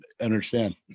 understand